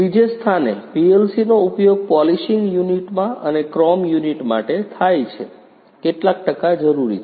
ત્રીજે સ્થાને PLC નો ઉપયોગ પોલિશિંગ યુનિટમાં અને ક્રોમ યુનિટ માટે થાય છે કેટલા ટકા જરૂરી છે